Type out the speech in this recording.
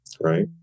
right